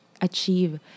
achieve